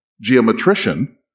geometrician